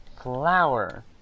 Flower